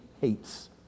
hates